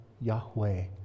Yahweh